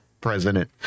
president